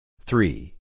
Three